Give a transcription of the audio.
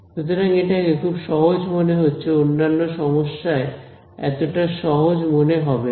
সুতরাং এটাকে খুব সহজ মনে হচ্ছে অন্যান্য সমস্যায় এতটা সহজ মনে হবে না